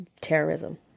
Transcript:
terrorism